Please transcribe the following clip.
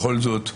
בכל זאת,